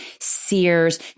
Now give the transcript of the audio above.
Sears